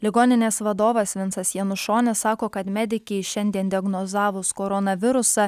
ligoninės vadovas vincas janušonis sako kad medikei šiandien diagnozavus koronavirusą